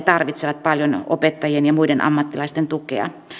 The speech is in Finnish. tarvitsevat paljon opettajien ja muiden ammattilaisten tukea